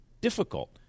difficult